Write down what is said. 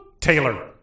Taylor